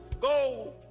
go